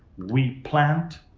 we plant,